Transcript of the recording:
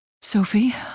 Sophie